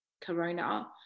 corona